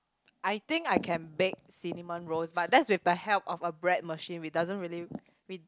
I think I can bake cinnamon rolls but that's with the help of a bread machine which doesn't really